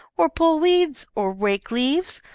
or pull weeds, or rake leaves?